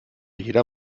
jeder